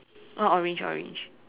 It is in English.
oh orange orange